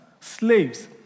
slaves